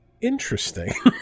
interesting